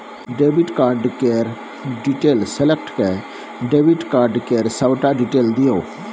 debit card केर detail select कए debit card केर सबटा डिटेल दियौ